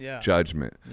judgment